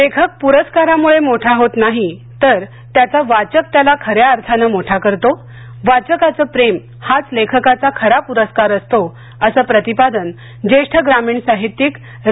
लेखक पुरस्कारामुळे मोठा होत नाही तर त्याचा वाचक त्याला खऱ्या अर्थाने मोठा करतो वाचकाचं प्रेम हाच लेखकाचा खरा पुरस्कार असतो असं प्रतिपादन ज्येष्ठ ग्रामीण साहित्यिक रा